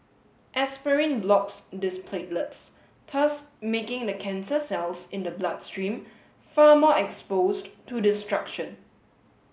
aspirin blocks these platelets thus making the cancer cells in the bloodstream far more exposed to destruction